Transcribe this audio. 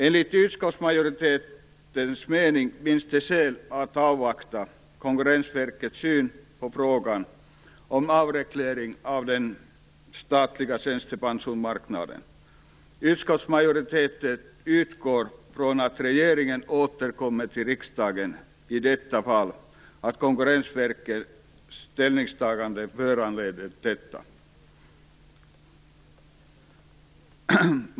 Enligt utskottsmajoritetens mening finns det skäl av avvakta Konkurrensverkets syn på frågan om avreglering av den statliga tjänstepensionsmarknaden. Utskottsmajoriteten utgår från att regeringen återkommer till riksdagen i det fall Konkurrensverkets ställningstagande föranleder detta.